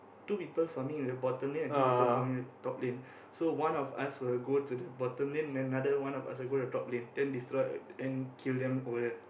two people farming at the bottom lane and two people farming top lane so one of us will go to the bottom lane and then the other one of us will go to the top lane then destroy then kill them over there